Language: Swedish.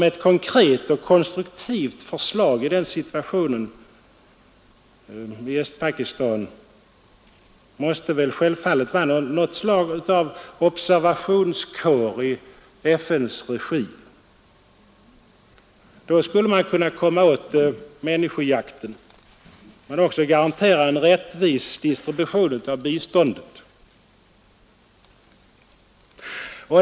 Ett konkret och konstruktivt förslag inför denna situation i Östpakistan är självfallet skapandet av något slag av observationskår i FN-regi. Då skulle man kunna komma åt människojakten men också garantera en rättvis distribution av biståndet.